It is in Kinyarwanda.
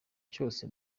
cyose